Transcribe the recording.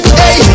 hey